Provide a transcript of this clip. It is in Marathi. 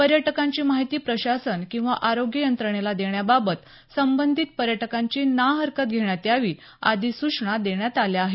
पर्यटकांची माहिती प्रशासन किंवा आरोग्य यंत्रणेला देण्याबाबत संबंधीत पर्यटकांची ना हरकत घेण्यात यावी आदी सूचना देण्यात आल्या आहेत